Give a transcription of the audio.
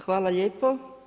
Hvala lijepo.